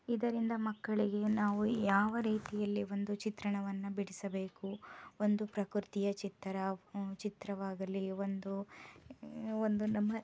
ಇದರಿಂದ ಮಕ್ಕಳಿಗೆ ನಾವು ಯಾವ ರೀತಿಯಲ್ಲಿ ಒಂದು ಚಿತ್ರಣವನ್ನು ಬಿಡಿಸಬೇಕು ಒಂದು ಪ್ರಕೃತಿಯ ಚಿತ್ರ ಚಿತ್ರವಾಗಲಿ ಒಂದು ಒಂದು ನಮ್ಮ